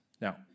Now